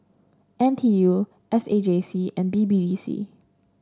N T U S A J C and B B D C